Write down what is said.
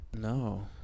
No